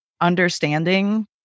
understanding